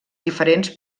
diferents